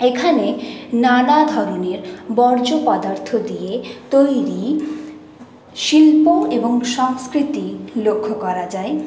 এখানে নানা ধরণের বর্জ্য পদার্থ দিয়ে তৈরি শিল্প এবং সংস্কৃতি লক্ষ্য করা যায়